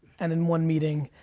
and in one meeting,